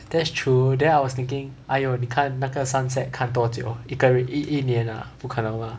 that's true then I was thinking !aiyo! 你看那个 sunset 看多久一个人一一年 ah 不可能 mah